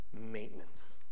Maintenance